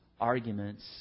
arguments